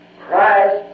Christ